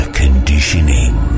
conditioning